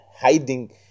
hiding